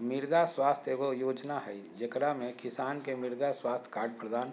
मृदा स्वास्थ्य एगो योजना हइ, जेकरा में किसान के मृदा स्वास्थ्य कार्ड प्रदान